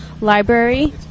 library